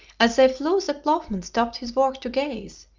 as they flew the ploughman stopped his work to gaze,